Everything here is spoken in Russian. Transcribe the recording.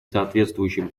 соответствующим